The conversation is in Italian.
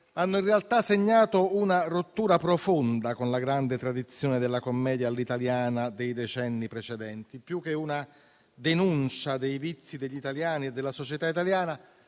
hanno in realtà segnato una rottura profonda con la grande tradizione della commedia all'italiana dei decenni precedenti: più che una denuncia dei vizi degli italiani e della società italiana,